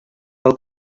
pel